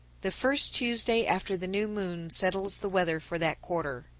the first tuesday after the new moon settles the weather for that quarter.